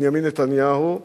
בנימין נתניהו,